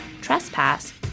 trespass